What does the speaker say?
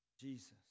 Jesus